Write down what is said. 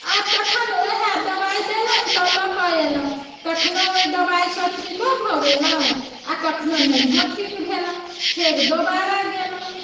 आ तखन ओएहे दवाइ देलनि तऽ लऽ के एलहुँ कखनो ओहि दबाइसँ ठीको भऽ गेलहुँ आ कखनो नहियो ठीक भेलहुँ फेर दोबारा गेलहुँ